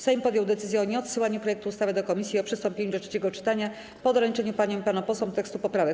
Sejm podjął decyzję o nieodsyłaniu projektu ustawy do komisji i o przystąpieniu do trzeciego czytania po doręczeniu paniom i panom posłom tekstu poprawek.